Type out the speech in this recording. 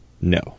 no